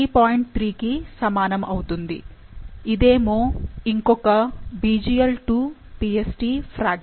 3 కి సమానం అవుతుంది ఇదేమో ఇంకొక BglII Pst ఫ్రాగ్మెంట్